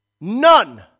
None